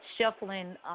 shuffling